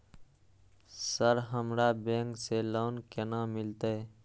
Sir हमरा bank से loan केना मिलते?